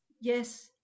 Yes